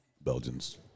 Belgians